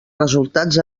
resultats